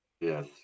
Yes